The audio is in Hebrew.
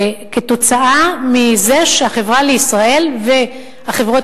כתוצאה מזה ש"החברה לישראל" והחברות